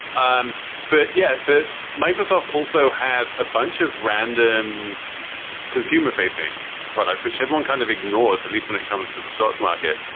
um but yeah, but microsoft also has a bunch of random consumer facing products, which everyone kind of ignores, at least when it comes to the stock market.